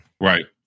Right